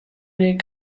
les